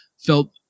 felt